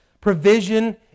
provision